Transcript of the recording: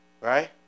right